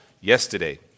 yesterday